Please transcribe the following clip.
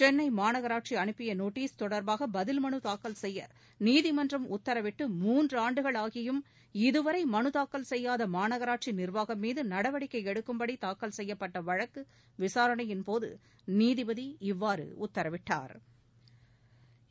சென்னை மாநகராட்சி அனுப்பிய நோட்டீஸ் தொடர்பாக பதில் மனு தாக்கல் செய்ய நீதிமன்றம் உத்தரவிட்டு மூன்றாண்டுகள் ஆகியும் இதுவரை மனு தாக்கல் செய்யாத மாநகராட்சி நிர்வாகம் மீது நடவடிக்கை எடுக்கும்படி தாக்கல் செய்யப்பட்ட வழக்கு விசாரணையின் போது நீதிபதி இவ்வாறு உத்தரவிட்டா்